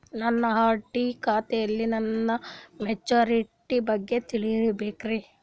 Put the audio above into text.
ನನ್ನ ಆರ್.ಡಿ ಖಾತೆಯಲ್ಲಿ ನನ್ನ ಮೆಚುರಿಟಿ ಬಗ್ಗೆ ತಿಳಿಬೇಕ್ರಿ